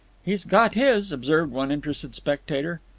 he's got his, observed one interested spectator.